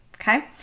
okay